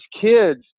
kids